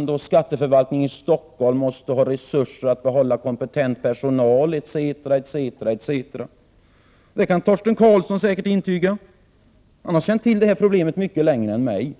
Det skrev att skatteförvaltningen i Stockholm måste få resurser att behålla kompetent personal etc. Det kan Torsten Karlsson säkert intyga. Han har känt till detta problem mycket längre än vad jag har gjort.